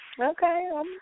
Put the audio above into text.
Okay